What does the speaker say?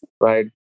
Right